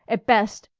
at best,